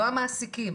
לא המעסיקים,